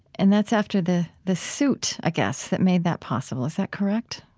and that's after the the suit, i guess, that made that possible. is that correct?